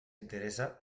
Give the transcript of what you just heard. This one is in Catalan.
interessa